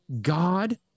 God